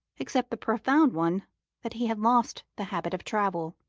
except the profound one that he had lost the habit of travel.